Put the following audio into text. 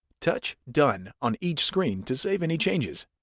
touch done on each screen to save any changes.